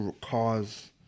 cars